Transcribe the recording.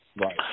Right